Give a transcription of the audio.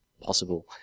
possible